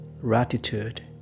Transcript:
gratitude